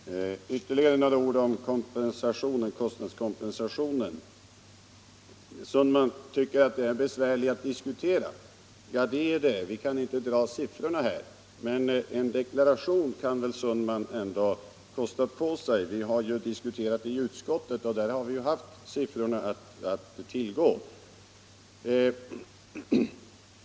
Herr talman! Ytterligare några ord om kompensationen för kostnadsökningar. Herr Sundman tycker att detta är besvärligt att diskutera. Ja, det är riktigt, vi kan inte dra siffrorna här. Men en deklaration kan väl herr Sundman ändå kosta på sig! Vi har diskuterat i utskottet och där har vi haft siffrorna att tillgå.